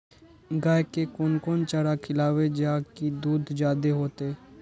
गाय के कोन कोन चारा खिलाबे जा की दूध जादे होते?